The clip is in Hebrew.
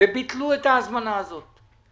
ויכול להיות שזה המספר